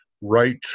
right